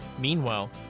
Meanwhile